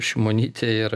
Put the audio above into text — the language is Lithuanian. šimonytė ir